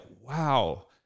wow